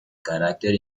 carácter